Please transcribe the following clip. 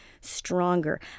stronger